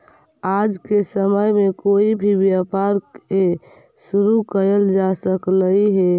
आज के समय में कोई भी व्यापार के शुरू कयल जा सकलई हे